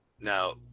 Now